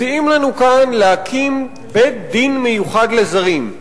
מציעים לנו כאן להקים בית-דין מיוחד לזרים.